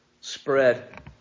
spread